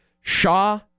Shaw